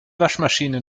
waschmaschine